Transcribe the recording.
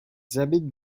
habitent